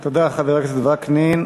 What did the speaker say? תודה, חבר הכנסת וקנין.